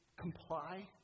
comply